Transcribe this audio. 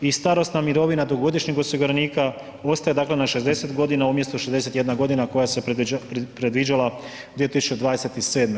I starosna mirovina do godišnjeg osiguranika ostaje dakle na 60 godina umjesto 61 godina koja se predviđala 2027.